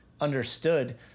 understood